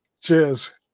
Cheers